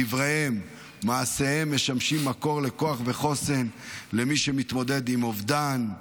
דבריהם ומעשיהם משמשים מקור לכוח וחוסן למי שמתמודד עם אובדן,